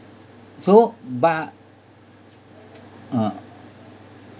so but uh